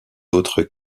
autres